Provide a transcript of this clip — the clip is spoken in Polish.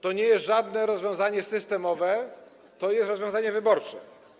To nie jest żadne rozwiązanie systemowe, to jest rozwiązanie wyborcze.